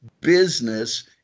Business